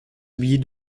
oubliez